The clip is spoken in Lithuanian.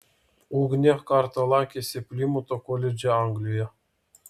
ugnė kartą lankėsi plimuto koledže anglijoje